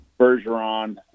Bergeron